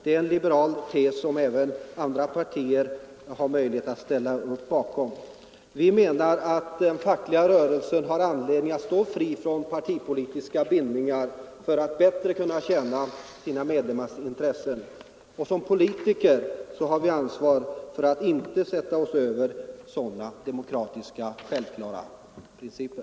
Det är en liberal tes som även andra partier har möjlighet att ställa upp bakom. Vi menar att den fackliga rörelsen har anledning att stå fri från partipolitiska bindningar för att bättre kunna tjäna sina medlemmars intressen. Som politiker har vi ansvar för att inte sätta oss över sådana självklara demokratiska principer.